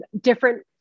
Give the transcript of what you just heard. different